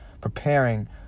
preparing